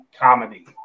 Comedy